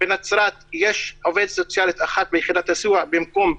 בנצרת יש עובדת סוציאלית אחת ביחידת הסיוע במקום שתיים,